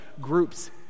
groups